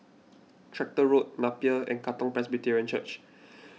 Tractor Road Napier and Katong Presbyterian Church